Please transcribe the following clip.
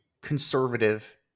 conservative